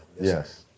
Yes